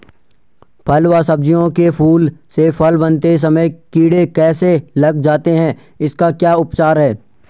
फ़ल व सब्जियों के फूल से फल बनते समय कीड़े कैसे लग जाते हैं इसका क्या उपचार है?